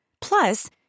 Plus